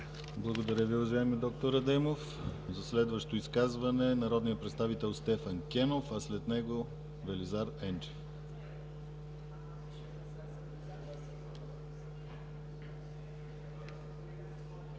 Благодаря Ви, уважаеми д-р Адемов. За следващо изказване – народният представител Стефан Кенов, а след него Велизар Енчев. СТЕФАН